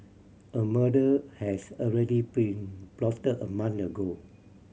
a murder has already been plotted a month ago